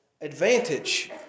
advantage